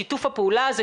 שיתוף הפעולה הזה,